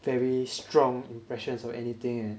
very strong impressions of anything eh